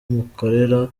mukorera